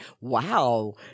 wow